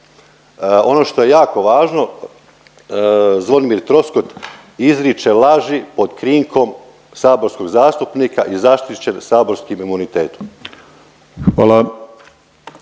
Ono što je jako važno Zvonimir Troskot izriče laži pod krinkom saborskog zastupnika i zaštićen saborskim imunitetom.